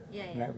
ya ya